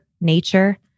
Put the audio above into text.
nature